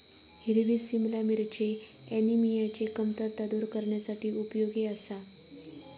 हिरवी सिमला मिरची ऍनिमियाची कमतरता दूर करण्यासाठी उपयोगी आसा